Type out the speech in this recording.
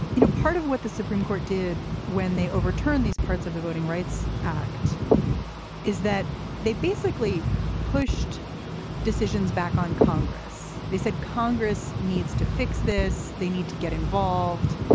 you know, part of what the supreme court did when they overturned these parts of the voting rights act is that they basically pushed decisions back on congress. they said congress needs to fix this. they need to get involved.